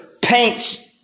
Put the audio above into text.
paints